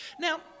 Now